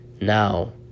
Now